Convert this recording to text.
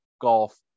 golf